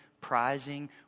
prizing